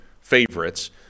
favorites